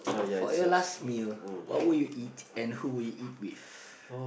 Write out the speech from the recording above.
for your last meal what would you eat and who would you eat with